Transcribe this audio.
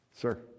Sir